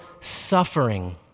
suffering